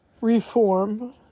reform